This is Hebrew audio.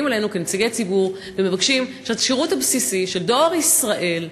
אלינו כנציגי ציבור ומבקשים את השירות הבסיסי של דואר ישראל,